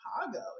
Chicago